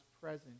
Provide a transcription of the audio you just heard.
present